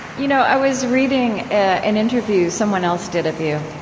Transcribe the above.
you know i was reading an interview someone else did of you,